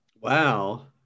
Wow